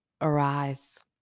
Arise